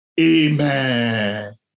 Amen